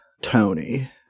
Tony